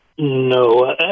No